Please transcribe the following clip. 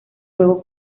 juego